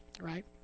right